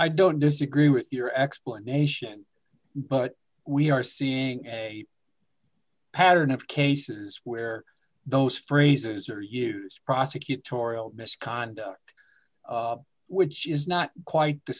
i don't disagree with your explanation but we are seeing a pattern of cases where those phrases are use prosecutorial misconduct which is not quite the